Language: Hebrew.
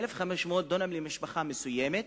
1,500 דונם למשפחה מסוימת.